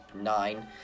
nine